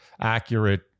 accurate